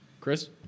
Chris